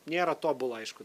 nėra tobula aišku